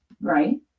right